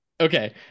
okay